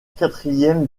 quatrième